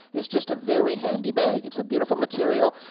it's just a very handy bag. it's a beautiful material,